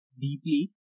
deeply